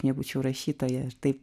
nebūčiau rašytoja tai